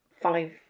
five